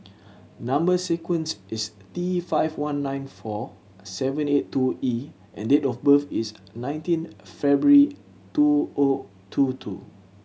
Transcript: number sequence is T five one nine four seven eight two E and date of birth is nineteen February two O two two